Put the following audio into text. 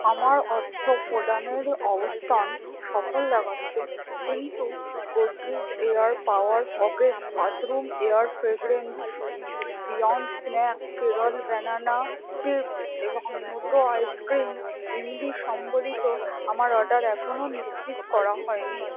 আমার অর্থ প্রদানের অবস্থান সফল দেখাচ্ছে কিন্তু Godrej air power pocket bathroom air fragrance beyond snack Kerala banana chips এবং নোটো আইসক্রিম ইমলি সম্বলিত আমার অর্ডার এখনও নিশ্চিত করা হয়নি